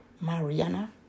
Mariana